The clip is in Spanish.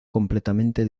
completamente